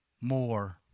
more